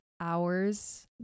hours